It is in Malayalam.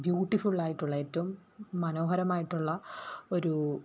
ബ്യൂട്ടിഫുള്ളായിട്ടുള്ള ഏറ്റവും മനോഹരമായിട്ടുള്ള ഒരൂ